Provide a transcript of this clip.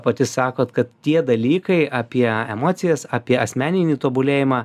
pati sakot kad tie dalykai apie emocijas apie asmeninį tobulėjimą